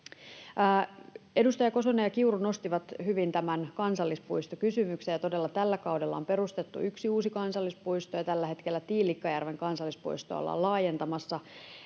Edustajat Kosonen ja Kiuru nostivat hyvin tämän kansallispuistokysymyksen. Tällä kaudella todella on perustettu yksi uusi kansallispuisto, ja tällä hetkellä Tiilikkajärven kansallispuistoa ollaan laajentamassa,